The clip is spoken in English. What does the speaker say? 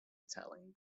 italian